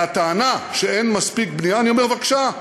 והטענה שאין מספיק בנייה, אני אומר: בבקשה.